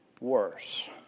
worse